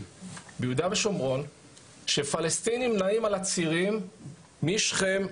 ביהודה ושומרון שפלסטינים נעים על הצירים משכם,